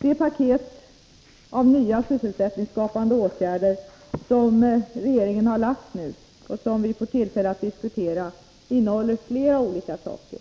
Det paket av nya sysselsättningsskapande åtgärder som regeringen nu har framlagt och som vi får tillfälle att diskutera innehåller flera olika saker.